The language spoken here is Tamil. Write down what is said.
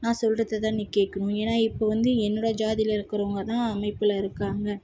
நான் சொல்றதை தான் நீ கேட்கணும் ஏன்னா இப்போ வந்து என்னோட ஜாதியில் இருக்கிறவங்க தான் அமைப்பில் இருக்காங்க